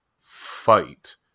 fight